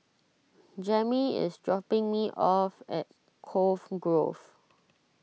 Jammie is dropping me off at Cove Grove